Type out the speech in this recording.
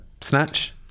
Snatch